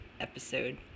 episode